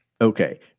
okay